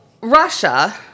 Russia